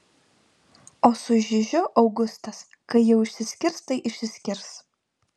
o su žižiu augustas kai jau išsiskirs tai išsiskirs